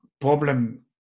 problem